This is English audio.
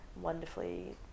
wonderfully